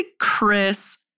Chris